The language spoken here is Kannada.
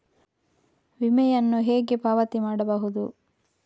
ವಿಮೆಯನ್ನು ಹೇಗೆ ಪಾವತಿ ಮಾಡಬಹುದು?